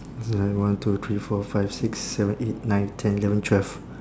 it's like one two three four five six seven eight nine ten eleven twelve